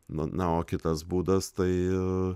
na na o kitas būdas tai